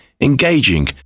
engaging